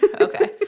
Okay